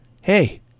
hey